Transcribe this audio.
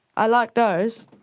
i like those.